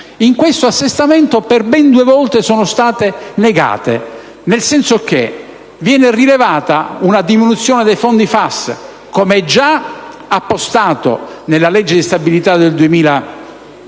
di assestamento per ben due volte sono state negate, nel senso che viene rilevata una diminuzione dei fondi FAS già appostati nella legge di stabilità del 2011,